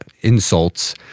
insults